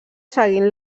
seguint